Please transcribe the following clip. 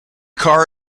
car